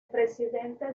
presidente